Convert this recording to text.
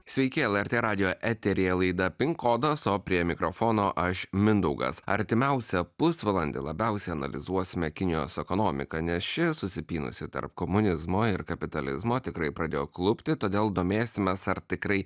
sveiki lrt radijo eteryje laida pin kodas o prie mikrofono aš mindaugas artimiausią pusvalandį labiausiai analizuosime kinijos ekonomiką nes ši susipynusi tarp komunizmo ir kapitalizmo tikrai pradėjo klupti todėl domėsimės ar tikrai